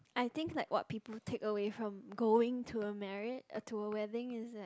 I think like what people take away from going to a marria~ uh to a wedding is that